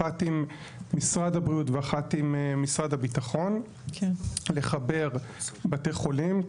אחת עם משרד הבריאות ואחת עם משרד הביטחון לחבר בתי חולים.